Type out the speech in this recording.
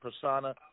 persona